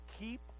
keep